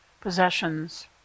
possessions